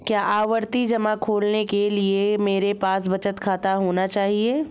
क्या आवर्ती जमा खोलने के लिए मेरे पास बचत खाता होना चाहिए?